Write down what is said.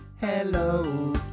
Hello